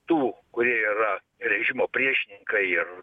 tų kurie yra režimo priešininkai ir